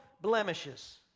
blemishes